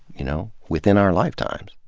you know, within our lifetimes.